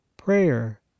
Prayer